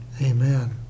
Amen